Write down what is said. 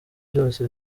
byose